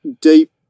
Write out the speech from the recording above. deep